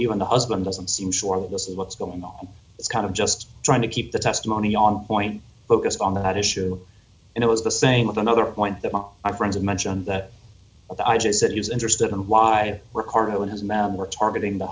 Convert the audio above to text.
even the husband doesn't seem sure that this is what's going on it's kind of just trying to keep the testimony on point focus on that issue and it was the same of another point that up my friends and mentioned that i just said he was interested in why ricardo and his men were targeting the